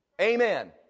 Amen